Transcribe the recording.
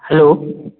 hello